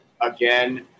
again